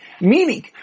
Meaning